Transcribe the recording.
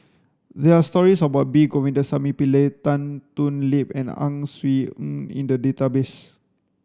there are stories about P Govindasamy Pillai Tan Thoon Lip and Ang Swee Aun in the database